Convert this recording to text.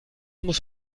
muss